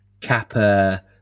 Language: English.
Kappa